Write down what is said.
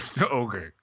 Okay